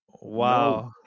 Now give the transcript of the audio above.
Wow